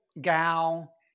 gal